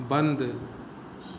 बन्द